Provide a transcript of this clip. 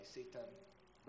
Satan